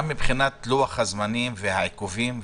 מה מבחינת לוח הזמנים והעיכובים?